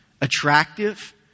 attractive